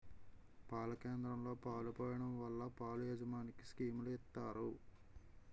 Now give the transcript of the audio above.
పాల కేంద్రంలో పాలు పోయడం వల్ల పాల యాజమనికి స్కీములు ఇత్తారు